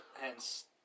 Hence